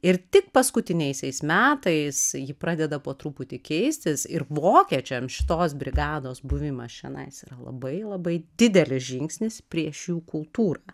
ir tik paskutiniaisiais metais ji pradeda po truputį keistis ir vokiečiams šitos brigados buvimas čionais yra labai labai didelis žingsnis prieš jų kultūrą